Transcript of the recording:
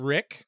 Rick